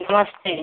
नमस्ते